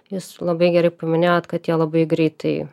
jūs labai gerai paminėjot kad jie labai greitai